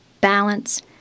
balance